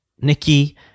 Nikki